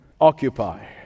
occupy